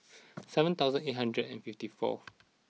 seven thousand eight hundred and fifty four